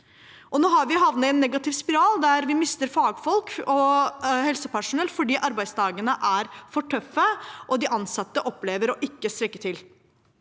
Nå har vi havnet i en negativ spiral der vi mister fagfolk og helsepersonell fordi arbeidsdagene er for tøffe, og de ansatte opplever å ikke strekke til.